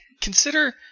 Consider